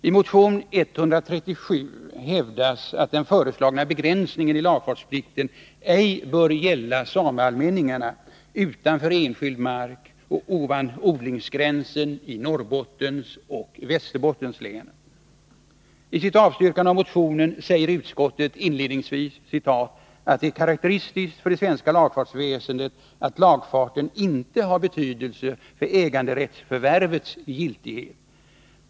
I motion 137 hävdas att den föreslagna begränsningen i lagfartsplikten ej bör gälla sameallmänningarna utanför enskild mark ovan odlingsgränsen i Norrbottens och Västerbottens län. I sitt avstyrkande av motionen säger utskottet inledningsvis ”att det är karakteristiskt för det svenska lagfartsväsendet att lagfarten inte har betydelse för äganderättsförvärvets giltighet.